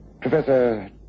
Professor